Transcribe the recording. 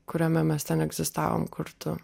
kuriame mes ten egzistavom kartu